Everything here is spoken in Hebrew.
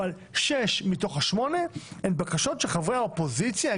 אבל שש מתוך שמונה הן בקשות של חברי אופוזיציה.